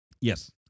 Yes